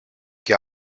και